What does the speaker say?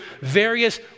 various